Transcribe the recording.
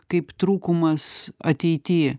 kaip trūkumas ateity